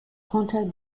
contact